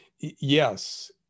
yes